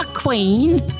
queen